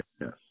yes